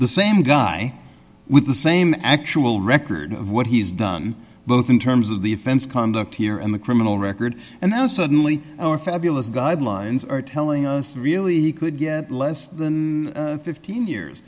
the same guy with the same actual record of what he's done both in terms of the offense conduct here and the criminal record and now suddenly our fabulous guidelines are telling us really he could get less than fifteen years